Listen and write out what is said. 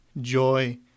joy